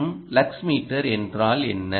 மற்றும் lux metre என்றால் என்ன